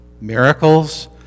miracles